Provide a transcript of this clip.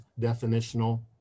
definitional